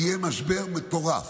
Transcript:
יהיה משבר מטורף.